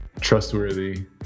trustworthy